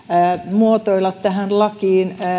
muotoilla lakiin